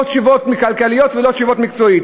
לא תשובות כלכליות ולא תשובות מקצועיות.